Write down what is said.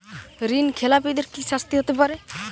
ঋণ খেলাপিদের কি শাস্তি হতে পারে?